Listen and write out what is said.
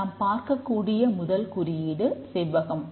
நாம் பார்க்கக்கூடிய முதல் குறியீடு செவ்வகம்